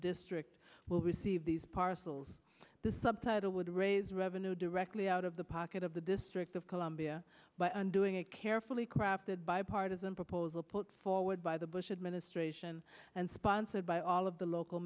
district will receive these parcels the subtitle would raise revenue directly out of the pocket of the district of columbia by undoing a carefully crafted bipartisan proposal put forward by the bush administration and sponsored by all of the local